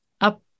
up